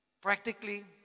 practically